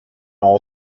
all